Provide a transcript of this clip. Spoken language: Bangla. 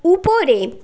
উপরে